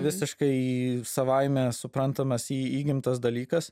visiškai savaime suprantamas į įgimtas dalykas